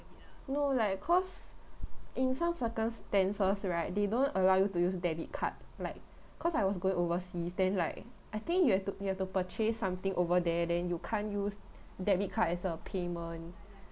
no like cause in some circumstances right they don't allow you to use debit card like cause I was going overseas then like I think you have to you have to purchase something over there then you can't use debit card as a payment